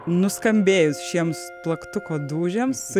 nuskambėjus šiems plaktuko dūžiams